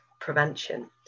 prevention